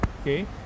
okay